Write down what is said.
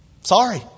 Sorry